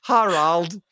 Harald